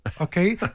okay